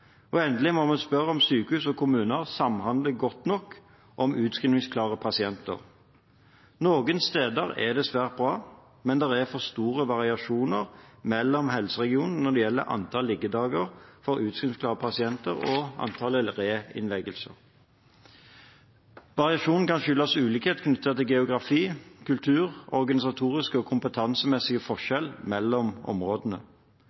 Og endelig må vi spørre om sykehus og kommuner samhandler godt nok om utskrivningsklare pasienter. Noen steder er det svært bra, men det er for store variasjoner mellom helseregionene når det gjelder antall liggedager for utskrivningsklare pasienter og antall reinnleggelser. Variasjonen kan skyldes ulikhet knyttet til geografi og kultur og organisatoriske og kompetansemessige forskjeller mellom områdene.